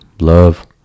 Love